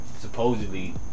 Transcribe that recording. Supposedly